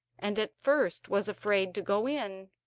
and at first was afraid to go in